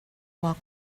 walk